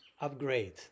upgrade